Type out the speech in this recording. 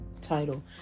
title